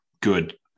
good